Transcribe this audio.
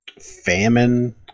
famine